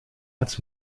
als